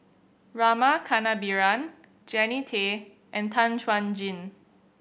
Rama Kannabiran Jannie Tay and Tan Chuan Jin